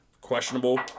questionable